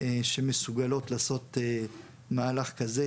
שמסוגלות לעשות מהלך כזה,